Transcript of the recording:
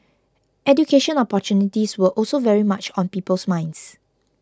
education opportunities were also very much on people's minds